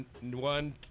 One